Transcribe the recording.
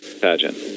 pageant